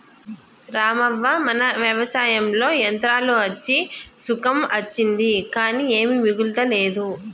రామవ్వ మన వ్యవసాయంలో యంత్రాలు అచ్చి సుఖం అచ్చింది కానీ ఏమీ మిగులతలేదు